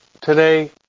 today